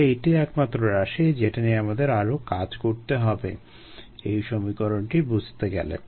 তাহলে এটিই একমাত্র রাশি যেটা নিয়ে আমাদের আরো কাজ করতে হবে এই সমীকরণটি বুঝতে গেলে